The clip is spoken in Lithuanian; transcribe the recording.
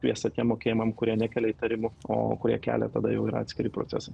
šviesą tiem mokėjimam kurie nekelia įtarimų o kurie kelia tada jau yra atskiri procesai